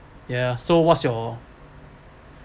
ya so what's your